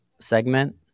segment